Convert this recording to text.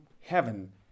heaven